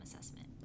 assessment